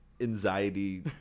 anxiety